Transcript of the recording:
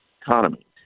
economy